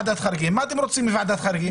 מה אתם רוצים מוועדת החריגים?